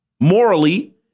morally